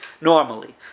normally